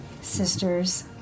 sisters